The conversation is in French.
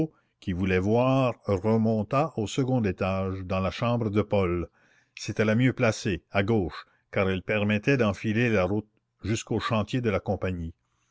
qui voulait voir remonta au second étage dans la chambre de paul c'était la mieux placée à gauche car elle permettait d'enfiler la route jusqu'aux chantiers de la compagnie